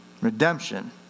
Redemption